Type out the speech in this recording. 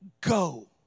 go